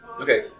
Okay